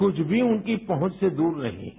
कुछ भी उनकी पहुँच से दूर नहीं है